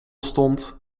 stond